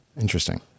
Interesting